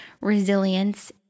resilience